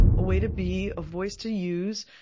a way to be, a voice to use,